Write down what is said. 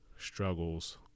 struggles